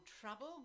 trouble